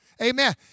Amen